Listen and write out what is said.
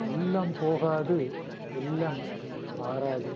உள்ளம் போகாது இல்லம் ஆராது